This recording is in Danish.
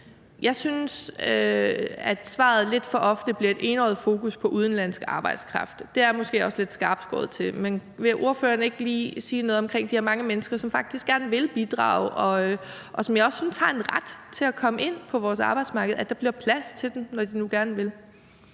Jeg synes, at svaret lidt for ofte bliver givet med et enøjet fokus på udenlandsk arbejdskraft. Det er måske også lidt skarpt skåret til, men vil ordføreren ikke lige sige noget omkring de her mange mennesker, som faktisk gerne vil bidrage, og som jeg også synes har en ret til at komme ind på vores arbejdsmarked, altså at der bliver plads til dem, når de nu gerne vil?